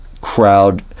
crowd